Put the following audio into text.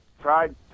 tried